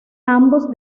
ambos